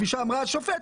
כפי שאמרה השופטת.